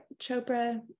Chopra